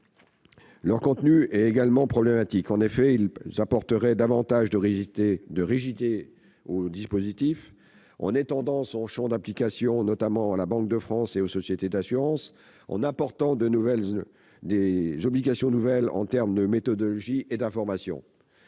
leur contenu est également problématique. Ils auraient en effet pour conséquence d'apporter davantage de rigidité au dispositif, en étendant son champ d'application, notamment à la Banque de France et aux sociétés d'assurance, et en imposant des obligations nouvelles en termes de méthodologie et d'information.